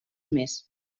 més